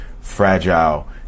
fragile